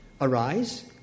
Arise